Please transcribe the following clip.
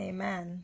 Amen